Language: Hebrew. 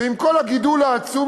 שעם כל הגידול העצום,